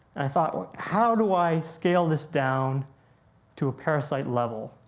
i thought how do i scale this down to a parasite level.